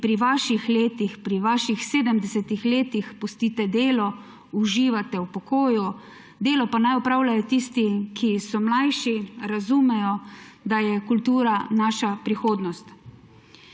pri vaših letih, pri vaših 70 letih pustite delo, uživate v pokoju, delo pa naj opravljajo tisti, ki so mlajši, razumejo, da je kultura naša prihodnost.